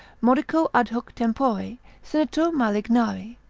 modico adhuc tempore sinitur malignari,